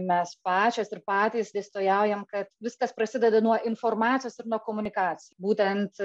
mes pačios ir patys dėstytojaujam kad viskas prasideda nuo informacijos ir nuo komunikac būtent